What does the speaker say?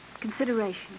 Consideration